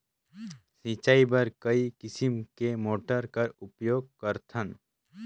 सिंचाई बर कई किसम के मोटर कर उपयोग करथन?